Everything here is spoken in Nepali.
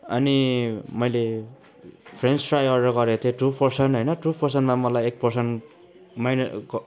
अनि मैले फ्रेन्च फ्राई अर्डर गरेको थिएँ टू पर्सन होइन टू पर्सनमा मलाई एक पर्सन माइन क